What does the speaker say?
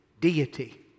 deity